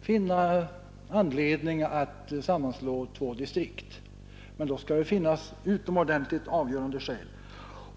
finnas anledning att sammanslå två distrikt. Men då skall det alltså finnas utomordentligt avgörande skäl.